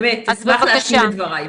אז אני אשמח להשלים את דבריי.